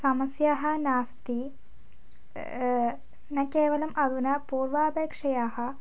समस्या नास्ति न केवलम् अधुना पूर्वापेक्षयाः